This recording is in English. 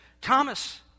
Thomas